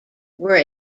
were